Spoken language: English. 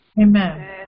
Amen